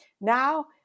Now